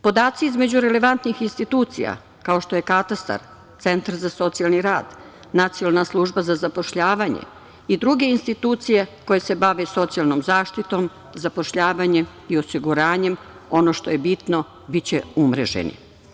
Podaci između relevantnih institucija kao što je katastar, centar za socijalni rad, Nacionalna služba za zapošljavanje i druge institucije koje se bave socijalnom zaštitom, zapošljavanjem i osiguranjem, ono što je bitno biće umreženi.